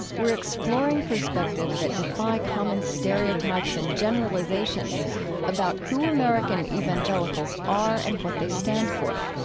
we're exploring perspectives that defy common stereotypes and generalizations about who american evangelicals are and what they stand for.